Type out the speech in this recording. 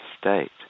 state